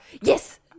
Yes